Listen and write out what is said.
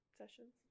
sessions